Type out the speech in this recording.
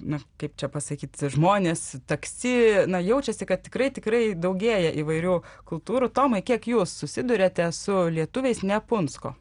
na kaip čia pasakyt žmonės taksi na jaučiasi kad tikrai tikrai daugėja įvairių kultūrų tomai kiek jūs susiduriate su lietuviais ne punsko